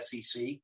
SEC